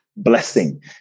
blessing